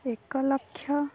ଏକ ଲକ୍ଷ